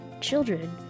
children